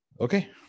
Okay